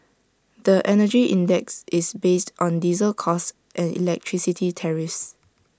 the Energy Index is based on diesel costs and electricity tariffs